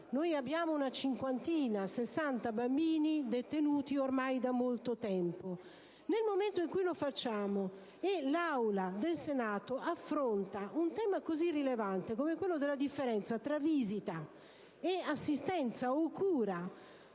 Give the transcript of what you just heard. visto che vi sono 50-60 bambini detenuti ormai da molto tempo. Nel momento in cui l'Assemblea del Senato affronta un tema così rilevante come quello della differenza tra visita ed assistenza o cura,